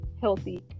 healthy